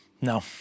No